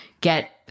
get